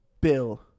bill